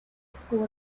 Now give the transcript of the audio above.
school